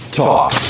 talk